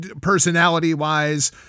Personality-wise